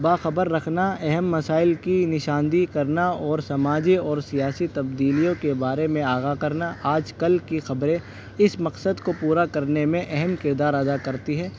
باخبر رکھنا اہم مسائل کی نشان دہی کرنا اور سماجی اور سیاسی تبدیلیوں کے بارے میں آگاہ کرنا آج کل کی خبریں اس مقصد کو پورا کرنے میں اہم کردار ادا کرتی ہیں